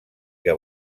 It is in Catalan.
que